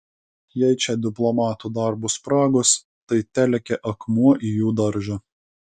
jei čia diplomatų darbo spragos tai telekia akmuo į jų daržą